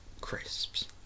Crisps